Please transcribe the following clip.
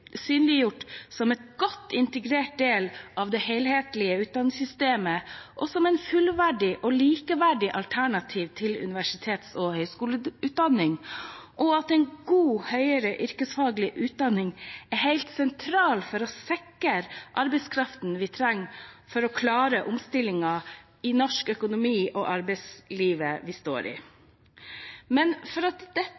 synliggjort, som en godt integrert del av et helhetlig utdanningssystem og som et fullverdig og likeverdig alternativ til universitets- og høgskoleutdanning.» Den lyder videre «at god høyere yrkesfaglig utdanning er helt sentralt for å sikre arbeidskraften vi trenger for å klare omstillingen som norsk økonomi og arbeidsliv står